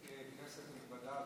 כנסת נכבדה,